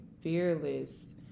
fearless